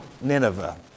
Nineveh